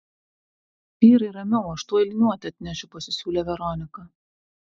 vyrai ramiau aš tuoj liniuotę atnešiu pasisiūlė veronika